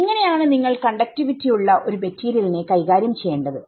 ഇങ്ങനെയാണ് നിങ്ങൾ കണ്ടക്റ്റിവിറ്റിഉള്ള ഒരു മെറ്റീരിയലിനെകൈകാര്യം ചെയ്യേണ്ടത്